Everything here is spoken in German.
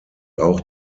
auch